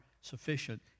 sufficient